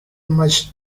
much